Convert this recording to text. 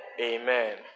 Amen